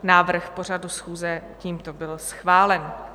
Návrh pořadu schůze tímto byl schválen.